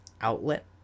outlet